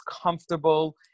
comfortable